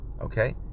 okay